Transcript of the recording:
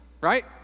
right